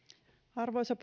arvoisa